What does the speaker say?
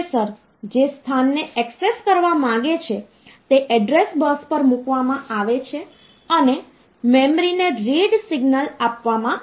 તો ચાલો આપણે આગળ વિચારીએ કે એક નંબર ને એક નંબર સિસ્ટમમાંથી બીજી નંબર સિસ્ટમમાં કેવી રીતે કન્વર્ટ કરવો